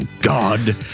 God